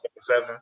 seven